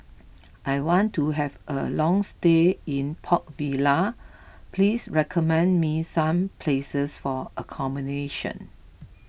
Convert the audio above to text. I want to have a long stay in Port Vila please recommend me some places for accommodation